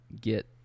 get